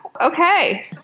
Okay